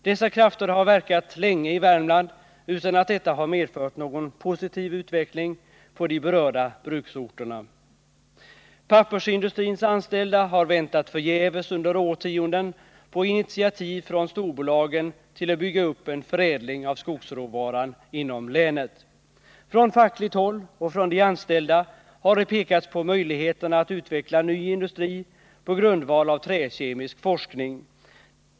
Dessa krafter har verkat länge i Värmland utan att detta har medfört någon positiv utveckling på de berörda bruksorterna. Pappersindustrins anställda har under årtionden väntat förgäves på initiativ från storbolagen till att bygga upp en förädling av skogsråvaran inom länet. Från fackligt håll och från de anställda har det pekats på möjligheterna att utveckla ny industri på grundval av träkemisk forskning.